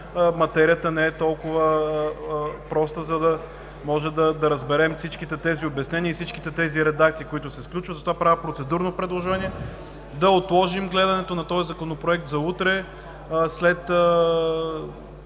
материята не е толкова проста, за да може да разберем всички тези обяснения и всички тези редакции, които се сключват. Правя процедурно предложение да отложим гледането на този Законопроект за утре – следваща